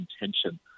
intention